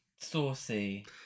saucy